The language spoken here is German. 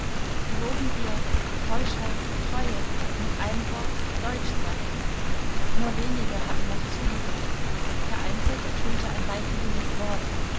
geloben wir keuschheit treue mit einem wort deutschsein nur wenige hatten noch zugehört vereinzelt ertönte ein beifälliges wort